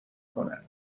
کنن